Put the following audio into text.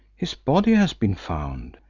his body has been found.